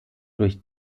durch